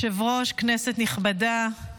אינו נוכח, חבר הכנסת מאיר כהן,